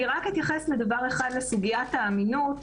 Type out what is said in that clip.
אני רק אתייחס לדבר אחד - לסוגיית האמינות.